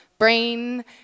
brain